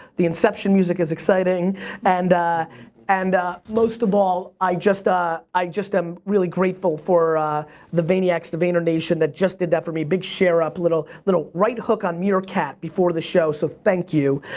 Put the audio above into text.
the inception music is exciting and and most of all i just ah i just am really grateful for the vayniacs, the vaynernation that just did that for me. big share up, a little right hook on meerkat before the show so thank you.